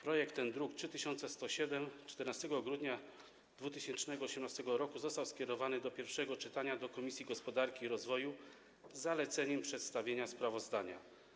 Projekt ten, druk nr 3107, 14 grudnia 2018 r. został skierowany do pierwszego czytania do Komisji Gospodarki i Rozwoju z zaleceniem przedstawienia sprawozdania.